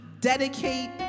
dedicate